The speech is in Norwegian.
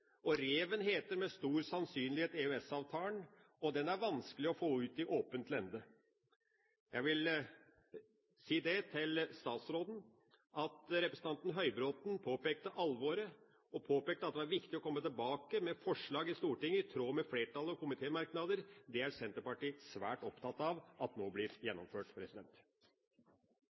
hiet. Reven heter med stor sannsynlighet EØS-avtalen, og den er vanskelig å få ut i åpent lende. Jeg vil si til statsråden at representanten Høybråten påpekte alvoret, og at det er viktig å komme tilbake med forslag i Stortinget i tråd med flertallets komitémerknader. Senterpartiet er svært opptatt av at det nå blir gjennomført.